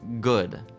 good